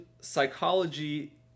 psychology